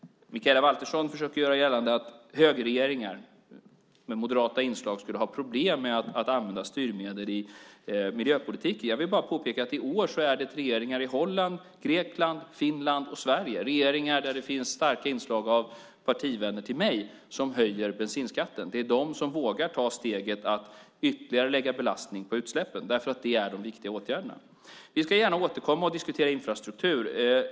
Mikaela Valtersson försöker göra gällande att högerregeringar med moderata inslag har problem med att använda styrmedel i miljöpolitiken. Jag vill då bara påpeka att det i år är regeringarna i Holland, Grekland, Finland och Sverige - regeringar där det finns starka inslag av partivänner till mig - som höjer bensinskatten. Det är de som vågar ta steget att ytterligare lägga belastning på utsläppen därför att det hör till de viktiga åtgärderna. Vi återkommer gärna och diskuterar infrastrukturen.